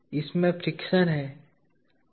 इसमें फ्रिक्शन है